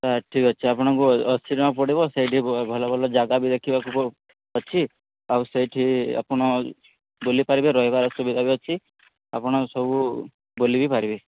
sir ଠିକ୍ ଅଛି ଆପଣଙ୍କୁ ଅଶୀ ଟଙ୍କା ପଡ଼ିବ ସେଇଠି ଭଲ ଭଲ ଜାଗା ବି ଦେଖିବାକୁ ଅଛି ଆଉ ସେଠି ଆପଣ ବୁଲି ପାରିବେ ରହିବାର ସୁବିଧା ବି ଅଛି ଆପଣ ସବୁ ବୁଲିବି ପାରିବେ